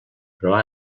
però